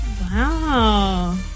Wow